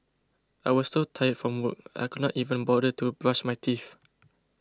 I was so tired from work I could not even bother to brush my teeth